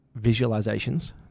visualizations